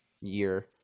year